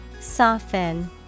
Soften